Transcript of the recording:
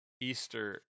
Easter—